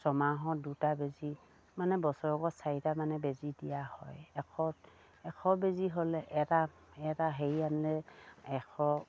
ছমাহৰ দুটা বেজী মানে বছৰেকত চাৰিটা মানে বেজী দিয়া হয় এশ এশ বেজী হ'লে